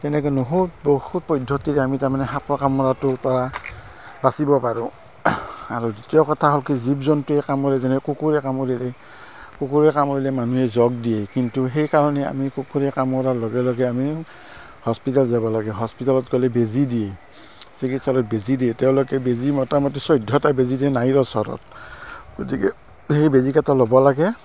তেনেকৈ বহুত পদ্ধতিৰে আমি তাৰমানে সাপে কামুৰাটোৰপৰা বাচিব পাৰোঁ আৰু দ্বিতীয় কথা হ'ল কি জীৱ জন্তুৱে কামুৰে যেনে কুকুুৰৰে কামোৰিলে কুকুৰে কামোৰিলে মানুহে জগ দিয়ে কিন্তু সেইকাৰণে আমি কুকুৰৰে কামোৰাৰ লগে লগে আমি হস্পিটেল যাব লাগে হস্পিটালত গ'লে বেজী দিয়ে চিকিৎসালয়ত বেজী দিয়ে তেওঁলোকে বেজী মোটামুটি চৈধ্যটা বেজী দিয়ে নাড়ীৰ ওচৰত গতিকে সেই বেজীকেইটা ল'ব লাগে